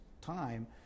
time